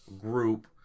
group